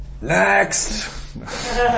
next